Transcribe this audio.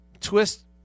twist